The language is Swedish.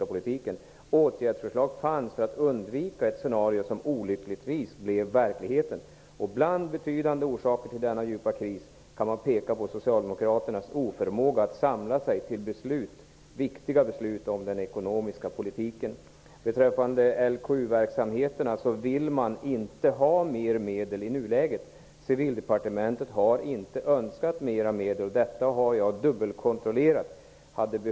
Förslag till åtgärder anvisades för undvikande av ett scenario som olyckligtvis kom att förverkligas. Bland betydande orsaker till den djupa krisen kan man peka på socialdemokraternas oförmåga att samla sig till viktiga beslut om den ekonomiska politiken. Beträffande LKU-verksamheterna gäller att man i nuläget inte vill ha mer medel. Civildepartementet har inte önskat mera medel. Jag har dubbelkontrollerat detta.